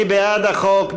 מי בעד החוק?